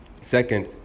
Second